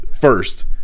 first